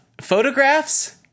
photographs